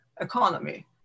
economy